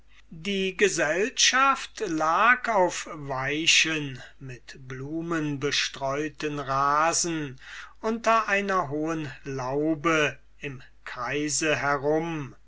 die gesellschaft lag auf weichen mit blumen bestreuten rasen unter einer hohen laube im kreise herum